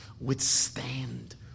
withstand